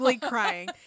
crying